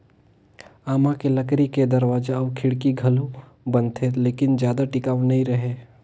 आमा के लकरी के दरवाजा अउ खिड़की घलो बनथे लेकिन जादा टिकऊ नइ रहें